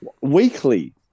weekly